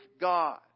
God